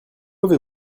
avez